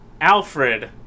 Alfred